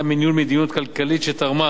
עקב ניהול מדיניות כלכלית שתרמה